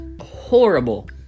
horrible